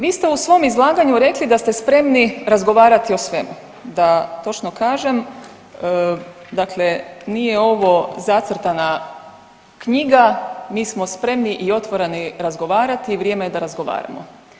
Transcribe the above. Vi ste u svom izlaganju rekli da ste spremni razgovarati o svemu, da točno kažem, dakle nije ovo zacrtana knjiga, mi smo spremni i otvoreni razgovarati i vrijeme je da razgovaramo.